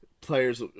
Players